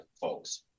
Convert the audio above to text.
folks